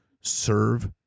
serve